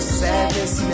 sadness